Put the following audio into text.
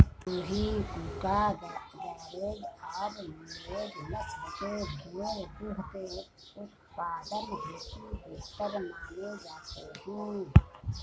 लूही, कूका, गरेज और नुरेज नस्ल के भेंड़ दुग्ध उत्पादन हेतु बेहतर माने जाते हैं